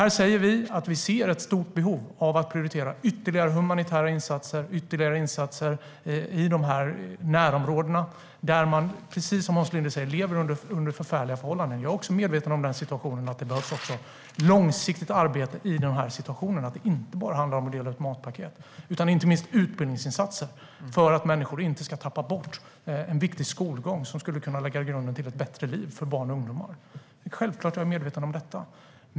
Här säger vi att vi ser ett stort behov av att prioritera ytterligare humanitära insatser, ytterligare insatser i de här närområdena där man, precis som Hans Linde säger, lever under förfärliga förhållanden. Jag är också medveten om att det behövs ett långsiktigt arbete i de här situationerna, att det inte bara handlar om att dela ut matpaket utan inte minst om utbildningsinsatser för att människor inte ska tappa bort en viktig skolgång som skulle kunna lägga grunden till ett bättre liv för barn och ungdomar. Självklart är jag medveten om detta.